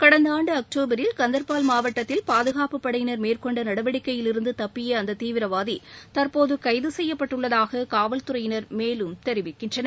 வடந்த ஆண்டு அக்டோபரில் கந்தர்பால் மாவட்டத்தில் பாதுகாப்பு படையினர் மேற்கொண்ட நடவடிக்கையிலிருந்து தப்பிய அந்த தீவிரவாதி தற்போது கைது செய்யப்பட்டுள்ளதாக காவல்துறையினர் மேலும் தெரிவிக்கின்றனர்